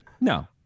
no